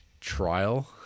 trial